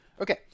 Okay